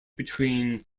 between